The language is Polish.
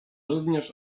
również